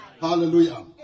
Hallelujah